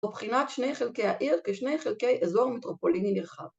‫בבחינת שני חלקי העיר ‫כשני חלקי אזור מטרופוליני נרחב.